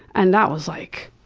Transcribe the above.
and that was like,